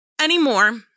anymore